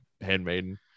handmaiden